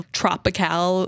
tropical